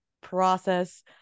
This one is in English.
process